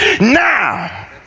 Now